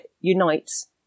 unites